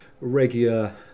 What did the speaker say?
regular